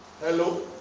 Hello